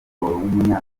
w’umunyamerika